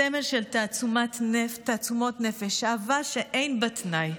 סמל של תעצומות נפש, אהבה שאין בה תנאי,